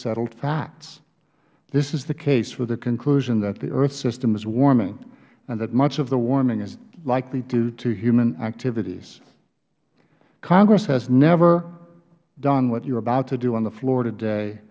settled facts this is the case for the conclusion that the earth system is warming and that much of the warming is likely due to human activities congress has never done what you are about to do on the floor today